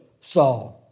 saw